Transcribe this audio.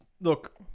look